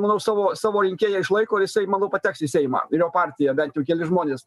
manau savo savo rinkėją išlaiko ir jisai manau pateks į seimą ir jo partija bent jau keli žmonės